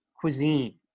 cuisine